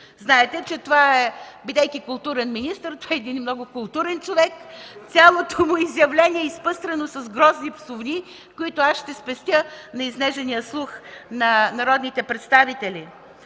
Знаете, че, бидейки културен министър, той е един много културен човек. Цялото му изявление е изпъстрено с грозни псувни, които ще спестя на изнежения слух на народните представители.